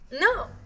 No